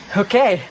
okay